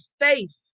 faith